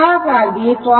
ಹಾಗಾಗಿ 0